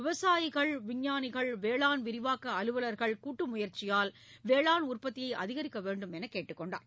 விவசாயிகள் விஞ்ஞானிகள் வேளாண் விரிவாக்க அலுவலர்கள் கூட்டு முயற்சியால் வேளாண் உற்பத்தியை அதிகரிக்க வேண்டுமென்று கேட்டுக் கொண்டார்